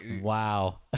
wow